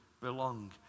belong